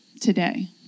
today